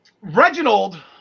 Reginald